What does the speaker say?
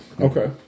Okay